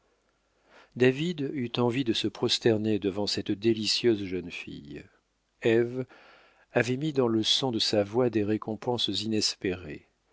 david eut envie de se prosterner devant cette délicieuse jeune fille ève avait mis dans le son de sa voix des récompenses inespérées